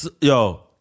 Yo